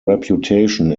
reputation